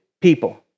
people